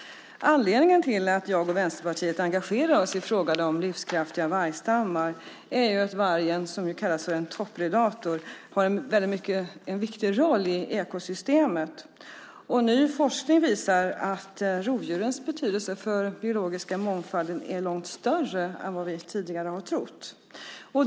Anledningen till att jag och Vänsterpartiet engagerar oss i frågan om livskraftiga vargstammar är att vargen, som ju kallas för en topp-predator, har en mycket viktig roll i ekosystemet. Ny forskning visar också att rovdjurens betydelse för den biologiska mångfalden är långt större än vad vi tidigare har trott.